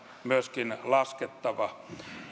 myöskin laskettava